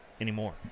anymore